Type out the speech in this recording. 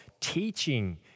teaching